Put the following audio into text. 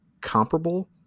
comparable